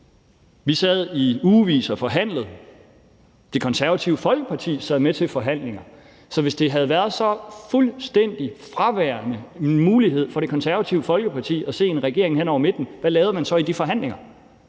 Vi sad i ugevis og forhandlede, og Det Konservative Folkeparti sad med til forhandlingerne, så hvis det havde været så fuldstændig fraværende en mulighed for Det Konservative Folkeparti at se en regering hen over midten, hvad lavede man så i de forhandlinger?